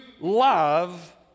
love